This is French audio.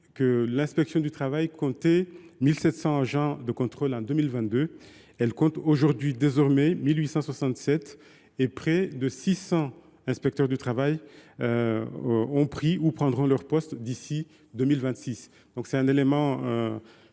l’inspection du travail comptait 1 700 agents de contrôle en 2022. Elle en compte aujourd’hui 1 867 et près de 600 inspecteurs du travail ont pris ou prendront leur poste d’ici à 2026. Un autre élément